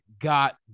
got